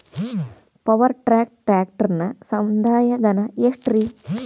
Power track ಟ್ರ್ಯಾಕ್ಟರನ ಸಂದಾಯ ಧನ ಎಷ್ಟ್ ರಿ?